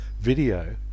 video